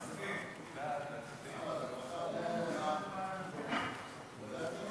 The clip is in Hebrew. חברי הכנסת, נא לשבת, אנחנו עוברים